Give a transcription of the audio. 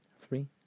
three